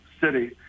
city